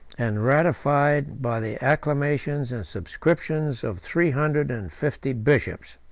and ratified by the acclamations and subscriptions of three hundred and fifty bishops.